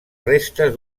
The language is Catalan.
restes